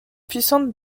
puissantes